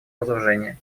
разоружения